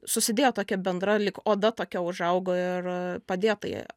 susidėjo tokia bendra lyg oda tokia užaugo ir padėjo tai